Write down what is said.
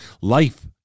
Life